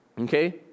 Okay